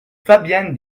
fabien